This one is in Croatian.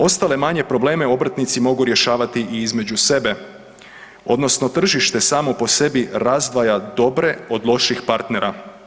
Ostale manje probleme obrtnici mogu rješavati i između sebe odnosno tržište samo po sebi razdvaja dobre od loših partnera.